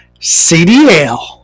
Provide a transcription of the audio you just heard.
CDL